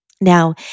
Now